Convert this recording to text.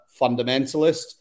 fundamentalist